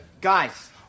Guys